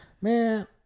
man